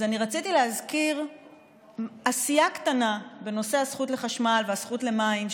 אז רציתי להזכיר עשייה קטנה בנושא הזכות לחשמל והזכות למים,